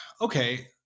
okay